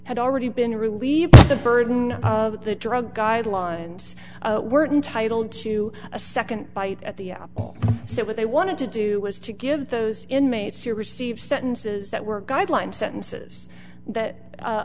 had already been relieved the burden of the drug guidelines were entitled to a second bite at the apple so what they wanted to do was to give those inmates to receive sentences that were guidelines sentences that